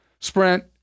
Sprint